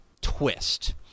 twist